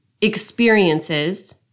experiences